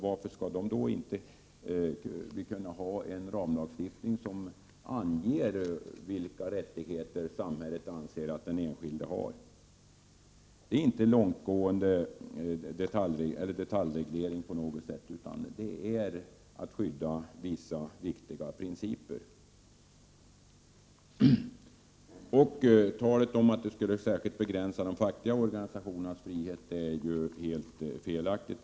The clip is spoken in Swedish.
Varför skall vi inte kunna ha en ramlagstiftning, som anger vilka rättigheter samhället anser att den enskilde skall ha? Det är inte på något sätt en långtgående detaljreglering, utan det är fråga om att skydda vissa viktiga principer. Talet om att detta skulle särskilt begränsa de fackliga organisationernas frihet är helt felaktigt.